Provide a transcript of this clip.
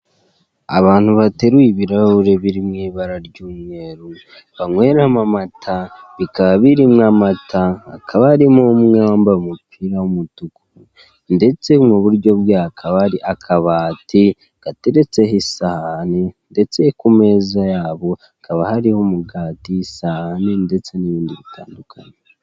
Abantu bateruye ibirahure biri mu ibara ry'umweru banyweramo amata bikaba birimo amata, hakaba harimo umwe wambaye umupira w'umutuku ndetse iburyo bwe hakaba hari akabati gateretseho isahani ndetse ku meza yabo hakaba hariho umugati, isahani ndetse n'ibindi bitandukanye.